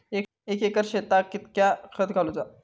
एक एकर शेताक कीतक्या खत घालूचा?